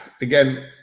again